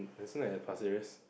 isn't it at Pasir-Ris